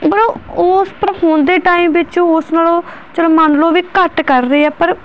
ਪਰ ਉਹ ਉਸ ਪਰ ਹੁਣ ਦੇ ਟਾਈਮ ਵਿੱਚ ਉਸ ਨਾਲੋਂ ਚਲੋ ਮੰਨ ਲਓ ਵੀ ਘੱਟ ਕਰ ਰਹੇ ਆ ਪਰ